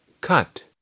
Cut